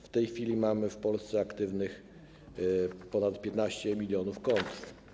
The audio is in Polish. W tej chwili mamy w Polsce aktywnych ponad 15 mln kont.